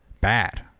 bad